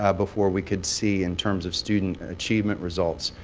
ah before we could see, in terms of student achievement results,